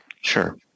Sure